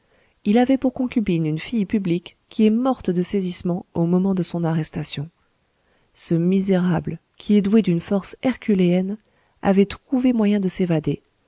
il avait pour concubine une fille publique qui est morte de saisissement au moment de son arrestation ce misérable qui est doué d'une force herculéenne avait trouvé moyen de s'évader